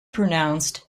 pronounced